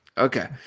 okay